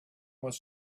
was